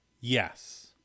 Yes